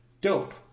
dope